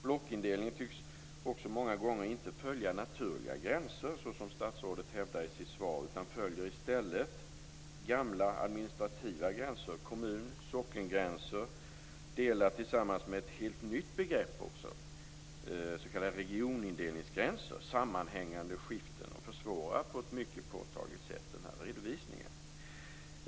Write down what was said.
Blockindelningen tycks också många gånger inte följa naturliga gränser, såsom statsrådet hävdar i sitt svar, utan i stället följer gamla administrativa gränser som kommun och sockengränser. Dessutom förekommer också ett nytt begrepp, s.k. regionindelningsgränser. Sammanhängande skiften försvårar på ett mycket påtagligt sätt den här redovisningen.